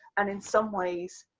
and in some ways,